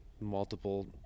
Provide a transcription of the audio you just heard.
multiple